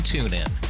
TuneIn